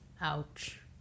Ouch